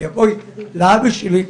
בואי לאבא שלי,